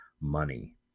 money